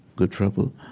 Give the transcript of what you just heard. good trouble,